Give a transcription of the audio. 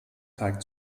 teig